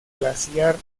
glaciar